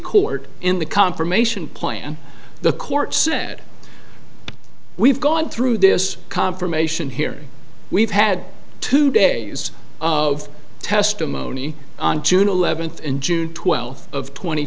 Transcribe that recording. court in the confirmation plan the court said we've gone through this confirmation hearing we've had two days of testimony on june eleventh and june twelfth of tw